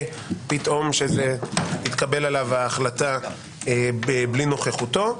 פתאום שהתקבלה עליו ההחלטה בלי נוכחותו.